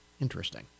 interesting